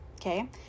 Okay